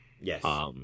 Yes